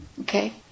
Okay